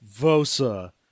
vosa